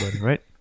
right